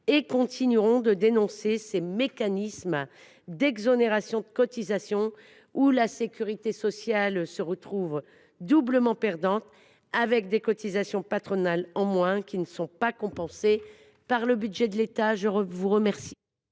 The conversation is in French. et continuerons de dénoncer ces mécanismes d’exonérations de cotisations, dans lesquels la sécurité sociale se retrouve doublement perdante, avec des cotisations patronales moindres, qui ne sont pas compensées par le budget de l’État. L’amendement